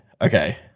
Okay